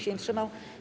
się nie wstrzymał.